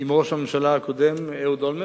עם ראש הממשלה הקודם אהוד אולמרט,